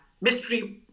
Mystery